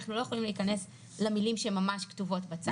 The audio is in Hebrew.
אנחנו לא יכולים להיכנס למילים שממש כתובות בצו.